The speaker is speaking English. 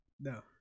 No